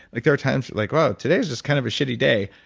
like there are times like, wow, today's just kind of a shitty day.